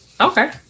Okay